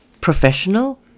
Professional